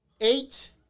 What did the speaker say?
eight